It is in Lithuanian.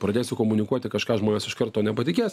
pradėsiu komunikuoti kažką žmonės iš karto nepatikės